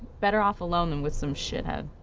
better off alone than with some shithead